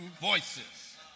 voices